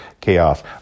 Chaos